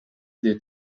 dit